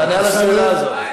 תענה על השאלה הזאת.